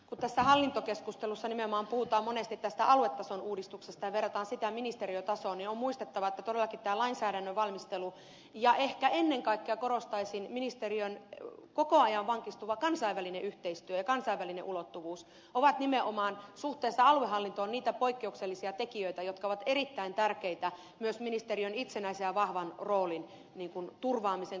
kun tässä hallintokeskustelussa nimenomaan puhutaan monesti tästä aluetason uudistuksesta ja verrataan sitä ministeriötasoon niin on muistettava että todellakin tämä lainsäädännön valmistelu ja ehkä ennen kaikkea korostaisin ministeriön koko ajan vankistuva kansainvälinen yhteistyö ja kansainvälinen ulottuvuus ovat nimenomaan suhteessa aluehallintoon niitä poikkeuksellisia tekijöitä jotka ovat erittäin tärkeitä myös ministeriön itsenäisen ja vahvan roolin turvaamisen kokonaisuudessa